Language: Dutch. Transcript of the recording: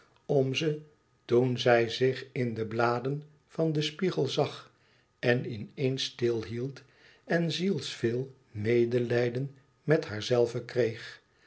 om ze toen zij zich in de bladen van den spiegel zag en in eens stil hield en zielsveel medelijden met haarzelve kreeg